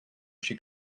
she